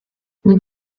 mit